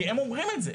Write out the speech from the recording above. כי הם אומרים את זה.